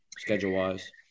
schedule-wise